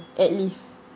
at least